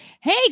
Hey